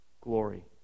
glory